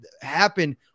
Happen